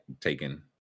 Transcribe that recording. taken